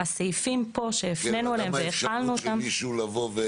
הסעיפים פה שהפננו אליהם --- את יודעת מה האפשרות של מישהו לבוא,